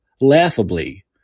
laughably